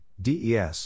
DES